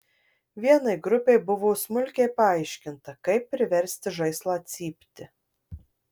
vienai grupei buvo smulkiai paaiškinta kaip priversti žaislą cypti